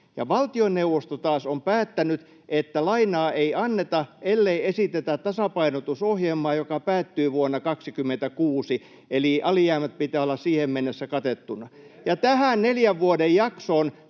Valtioneuvosto taas on päättänyt, että lainaa ei anneta, ellei esitetä tasapainotusohjelmaa, joka päättyy vuonna 26, eli alijäämät pitää olla siihen mennessä katettuina. [Ben Zyskowiczin